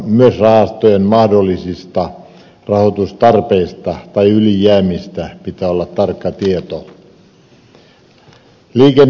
myös rahastojen mahdollisista rahoitustarpeista tai ylijäämistä pitää olla tarkka tieto